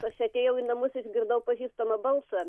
aš atėjau į namus išgirdau pažįstamą balsą